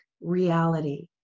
reality